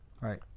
Right